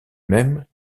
même